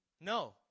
No